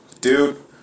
dude